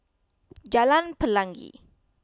Jalan Pelangi